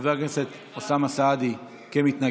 חבר הכנסת אוסאמה סעדי כמתנגד,